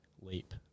leap